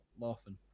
laughing